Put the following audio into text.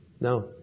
No